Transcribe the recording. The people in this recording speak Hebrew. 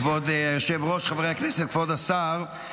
כבוד היושב-ראש, חברי הכנסת, כבוד השר,